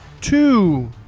Two